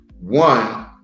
One